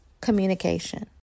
communication